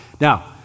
Now